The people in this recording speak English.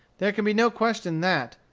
there can be no question that,